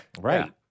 Right